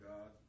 God